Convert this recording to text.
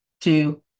two